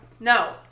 No